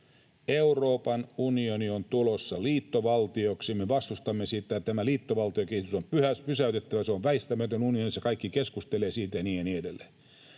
Euroopan unioni on tulossa liittovaltioksi, me vastustamme sitä, tämä liittovaltiokehitys on pysäytettävä, se on väistämätön, unionissa kaikki keskustelevat siitä ja niin edelleen